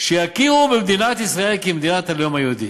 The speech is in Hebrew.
שיכירו במדינת ישראל כמדינת הלאום היהודי.